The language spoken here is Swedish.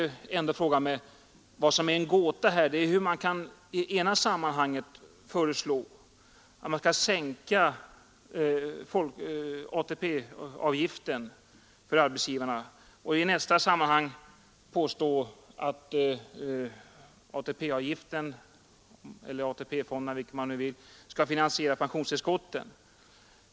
Men vad som är en gåta är, hur man i ena sammanhanget kan föreslå att ATP-avgiften för arbetsgivarna skall sänkas och i nästa sammanhang begära att ATP-avgiften eller AP-fonderna — vilket man nu vill — skall finansiera pensionstillskotten.